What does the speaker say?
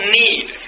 need